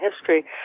history